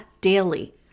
daily